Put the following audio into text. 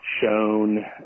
shown